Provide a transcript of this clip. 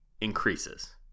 increases